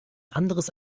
anderes